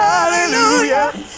Hallelujah